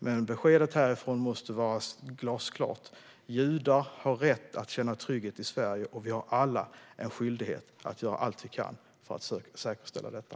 Men beskedet härifrån måste vara glasklart: Judar har rätt att känna trygghet i Sverige, och vi har alla en skyldighet att göra allt vi kan för att säkerställa detta.